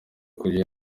kujya